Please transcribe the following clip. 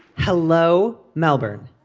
hello. melbourne